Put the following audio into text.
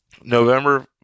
November